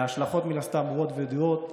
ההשלכות מן הסתם ברורות וידועות.